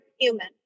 human